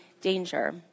danger